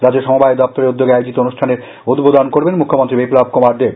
রাজ্য সমবায় দপ্তরের উদ্যোগে আয়োজিত অনুষ্ঠানের উদ্বোধন করবেন মুখ্যমন্ত্রী বিপ্লব কুমার দেব